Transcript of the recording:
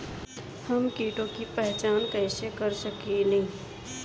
हम कीटों की पहचान कईसे कर सकेनी?